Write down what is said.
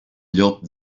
llop